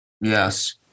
Yes